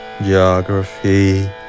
geography